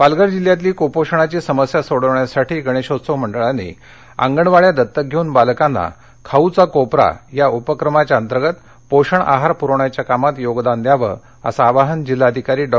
पालघर पालघर जिल्ह्यातली कुपोषणाची समस्या सोडविण्यासाठी गणेशोत्सव मंडळांनी अंगणवाड्या दत्तक घेऊन बालकांना खाऊचा कोपरा या उपक्रमातर्गत पोषण आहार पुरवण्याच्या कामात योगदान द्यावं असं आवाहन जिल्हाधिकारी डॉ